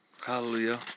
Hallelujah